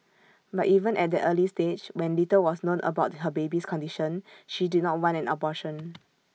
but even at that early stage when little was known about her baby's condition she did not want an abortion